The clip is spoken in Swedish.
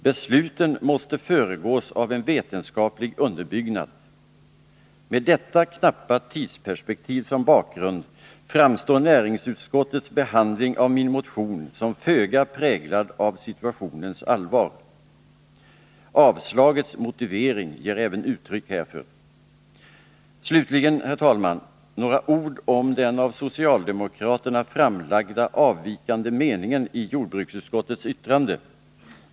Besluten måste vara vetenskapligt underbyggda. Med tanke på den knappa tid som står till buds framstår näringsutskottets behandling av min motion som föga präglad av situationens allvar. Även motiveringen till avstyrkandet ger uttryck härför. Slutligen, herr talman, några ord om socialdemokraternas avvikande mening i jordbruksutskottets yttrande.